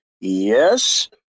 Yes